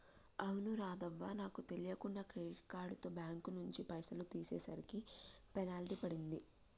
అవును రాధవ్వ నాకు తెలియక క్రెడిట్ కార్డుతో బ్యాంకు నుంచి పైసలు తీసేసరికి పెనాల్టీ పడింది